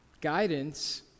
Guidance